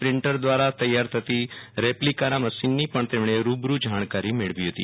printer દ્વારા તૈયાર થતી રેપ્લિકાના મશીનની પણ તેમણે રૂબરૂ જાણકારી મેળવી હતી